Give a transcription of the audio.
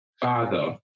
father